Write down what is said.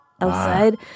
outside